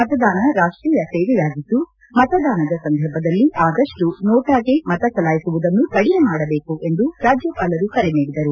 ಮತದಾನ ರಾಷ್ಟೀಯ ಸೇವೆಯಾಗಿದ್ದು ಮತದಾನದ ಸಂದರ್ಭದಲ್ಲಿ ಆದಷ್ಟು ನೋಟಾಗೆ ಮತ ಚಲಾಯಿಸುವುದನ್ನು ಕಡಿಮೆ ಮಾಡಬೇಕು ಎಂದು ರಾಜ್ಯಪಾಲರು ಕರೆ ನೀಡಿದರು